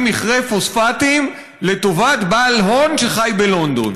מכרה פוספטים לטובת בעל הון שחי בלונדון.